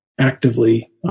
actively